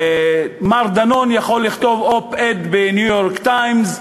מר דנון יכול לכתוב Op-Ed ב"ניו-יורק טיימס",